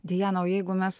diana o jeigu mes